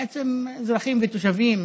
בעצם אזרחים ותושבים,